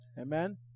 Amen